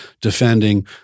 defending